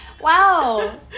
wow